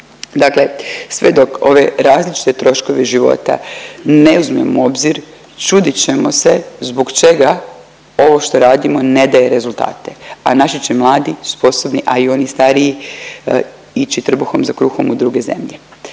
Dakle sve dok ove različite troškove života ne uzmemo u obzir, čudit ćemo se zbog čega ovo što radimo ne daje rezultate, a naši će mladi, sposobni, a i oni stariji ići trbuhom za kruhom u druge zemlje.